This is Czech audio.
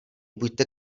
buďte